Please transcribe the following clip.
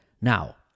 Now